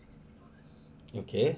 okay